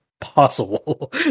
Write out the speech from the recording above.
possible